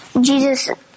Jesus